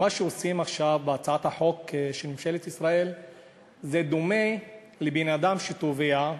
מה שעושים עכשיו בהצעת החוק של ממשלת ישראל דומה לאדם שטובע,